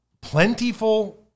plentiful